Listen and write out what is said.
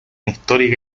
histórica